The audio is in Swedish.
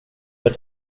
för